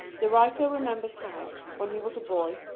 the writer remembers how, when he was a boy,